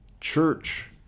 church